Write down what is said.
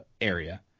area